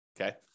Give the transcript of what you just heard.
okay